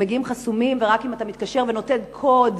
הם מגיעים חסומים ורק אם אתה מתקשר ונותן קוד,